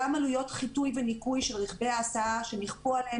גם עלויות חיטוי וניקוי של רכבי ההסעה שנכפו עליהן